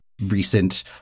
recent